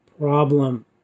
problem